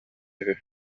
үһү